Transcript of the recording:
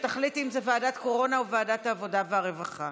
שתחליט אם לוועדת קורונה או לוועדת העבודה והרווחה.